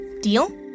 Deal